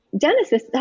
Genesis